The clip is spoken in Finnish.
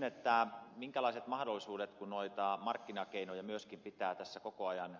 kysyn minkälaiset mahdollisuudet kun noita markkinakeinoja myöskin pitää tässä koko ajan